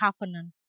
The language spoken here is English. covenant